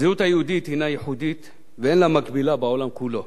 הזהות היהודית הינה ייחודית ואין לה מקבילה בעולם כולו.